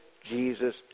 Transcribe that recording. Jesus